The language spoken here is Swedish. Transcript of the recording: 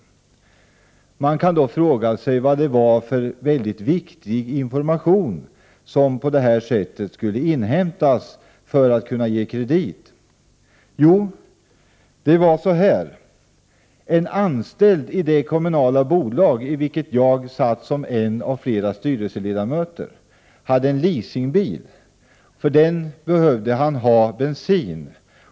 109 ens regler om beställaruppgifter Man kan då fråga sig vad det var för en mycket viktig information som på detta sätt skulle inhämtas för att bolaget skulle kunna ge kredit. Jo, en anställd i det kommunala bolag i vilket jag satt som en av flera styrelseledamöter hade en leasingbil. För den behövde han bensin.